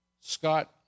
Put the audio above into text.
Scott